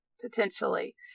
Potentially